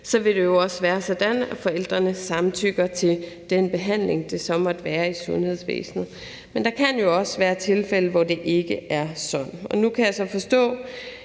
vil det også være sådan, at forældrene samtykker til den behandling, det så måtte handle om i sundhedsvæsenet. Men der kan jo også være tilfælde, hvor det ikke er sådan. Nu kan jeg så forstå,